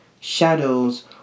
shadows